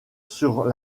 sur